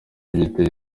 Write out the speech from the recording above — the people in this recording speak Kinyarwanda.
biteye